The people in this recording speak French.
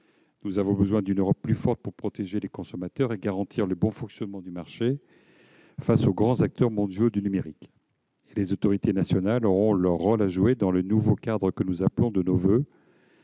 Nous avons besoin d'une Europe plus forte pour protéger les consommateurs et garantir le bon fonctionnement du marché face aux grands acteurs mondiaux du numérique. Les autorités nationales auront leur rôle à jouer dans le nouveau cadre que nous appelons de nos voeux,